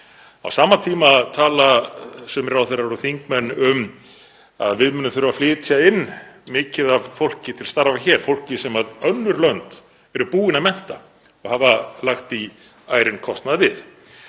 Á sama tíma tala sumir ráðherrar og þingmenn um að við munum þurfa að flytja inn mikið af fólki til starfa hér, fólki sem önnur lönd eru búin að mennta og hafa lagt í ærinn kostnað við.